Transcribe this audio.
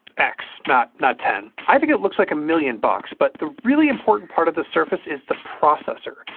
x, not not ten. i think it looks like a million bucks, but the really important part of the surface is the processor.